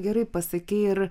gerai pasakei ir